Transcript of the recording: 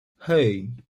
hey